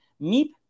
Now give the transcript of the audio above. Meep